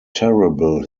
terrible